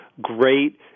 great